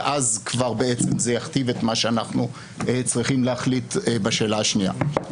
ואז כבר בעצם זה יכתיב את מה שאנחנו צריכים להחליט בשאלה השנייה.